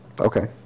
Okay